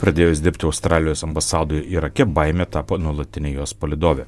pradėjus dirbti australijos ambasadoje irake baimė tapo nuolatinė jos palydovė